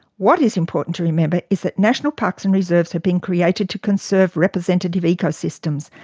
what is important to remember is that national parks and reserves have been created to conserve representative ecosystems,